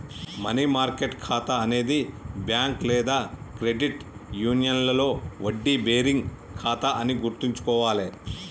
money market ఖాతా అనేది bank లేదా క్రెడిట్ యూనియన్లో వడ్డీ బేరింగ్ ఖాతా అని గుర్తుంచుకోవాలే